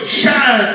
shine